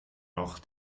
noch